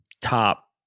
top